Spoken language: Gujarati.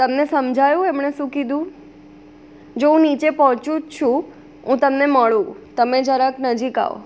તમને સમજાયું એમણે શું કીધું જો હું નીચે પહોંચું જ છું હું તમને મળું તમે જરાક નજીક આવો